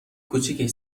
کوچیکش